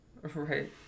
Right